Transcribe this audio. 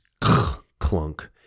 clunk